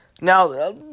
Now